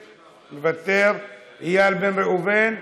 מוותר, איל בן ראובן,